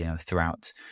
throughout